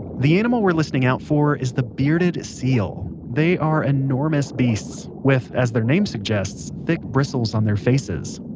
the animal we're listening out for is the bearded seal. they are enormous beasts with, as their name suggests, thick bristles on their faces.